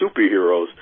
superheroes